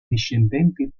discendenti